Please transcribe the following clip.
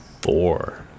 Four